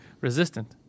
resistant